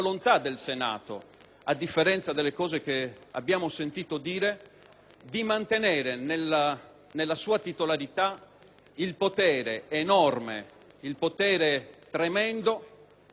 di mantenere nella sua titolarità il potere, enorme, tremendo che, ripeto, pochi Parlamenti al mondo oggi si attribuiscono,